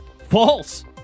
false